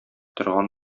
торган